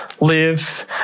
live